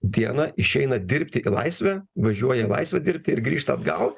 dieną išeina dirbti į laisvę važiuoja į laisvę dirbti ir grįžta atgal